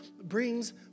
brings